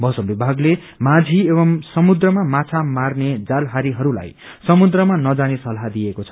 मौसम विभागले माझौ एव समुन्द्रमा माछा माने जालहारीहरूलाई समुन्द्रमा न जाने सलाह दिएको छ